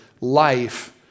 life